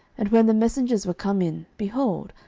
and when the messengers were come in, behold,